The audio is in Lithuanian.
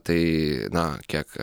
tai na kiek